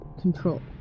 control